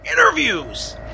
interviews